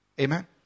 Amen